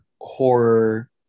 horror